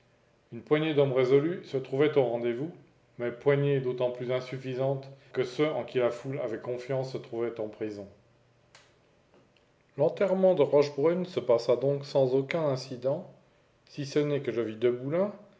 une poignée d'hommes résolus se trouvaient au rendezvous mais poignée d'autant plus insuffisante que ceux en qui la foule avait confiance se trouvaient en prison l'enterrement de rochebrune se passa donc sans aucun incident si ce n'est que je vis de